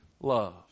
love